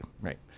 Right